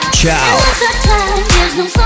ciao